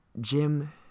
jim